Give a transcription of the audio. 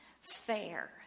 fair